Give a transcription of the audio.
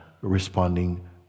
responding